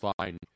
fine